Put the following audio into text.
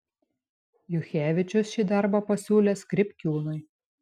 juchevičius šį darbą pasiūlė skripkiūnui